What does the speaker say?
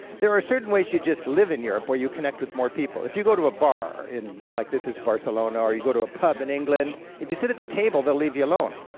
there are certain ways you just live in europe where you connect with more people. if you go to a bar in, like this is barcelona, or you go to a pub in england, if you sit at the table they leave you alone,